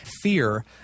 fear